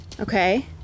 Okay